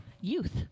youth